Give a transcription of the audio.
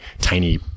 tiny